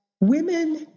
women